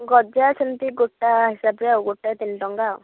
ଗଜା ସେମତି ଗୋଟା ହିସାବରେ ଆଉ ଗୋଟା ତିନି ଟଙ୍କା